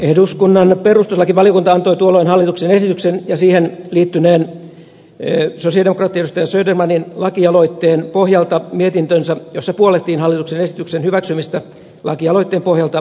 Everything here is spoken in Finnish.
eduskunnan perustuslakivaliokunta antoi tuolloin hallituksen esityksen ja siihen liittyneen sosialidemokraattien edustaja södermanin lakialoitteen pohjalta mietintönsä jossa puollettiin hallituksen esityksen hyväksymistä lakialoitteen pohjalta muutettuna